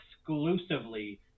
exclusively